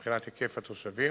מבחינת היקף התושבים.